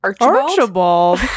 Archibald